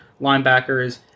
linebackers